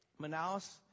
Manaus